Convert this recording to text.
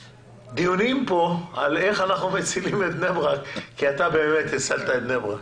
דיונים כאן על איך אנחנו מצילים את בני ברק כי אתה באמת הצלת אותה.